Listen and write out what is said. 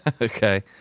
okay